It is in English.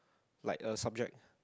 like a subject